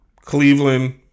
Cleveland